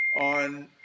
on